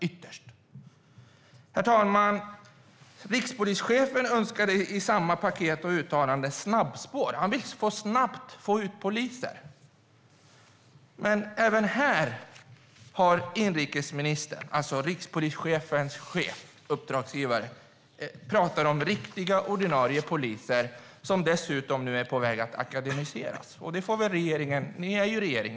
Herr talman! Rikspolischefen önskade i samma paket och uttalande ett snabbspår. Han vill snabbt få ut poliser. Även här har inrikesministern, alltså rikspolischefens chef, uppdragsgivare, pratat om riktiga ordinarie poliser - som dessutom är på väg att akademiseras. Ni är regeringen.